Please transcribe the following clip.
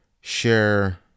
share